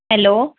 hello